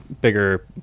bigger